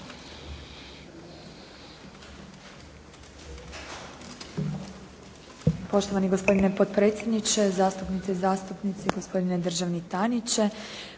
Poštovani gospodine potpredsjedniče, zastupnice i zastupnici, gospodine državni tajniče.